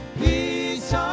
peace